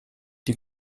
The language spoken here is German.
die